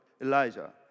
Elijah